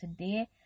today